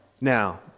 Now